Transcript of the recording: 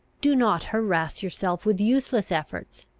do not harass yourself with useless efforts.